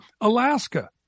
Alaska